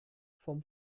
vom